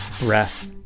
breath